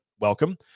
Welcome